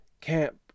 Camp